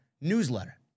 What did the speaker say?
newsletter